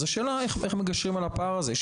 השאלה איך מגשרים על הפער הזה.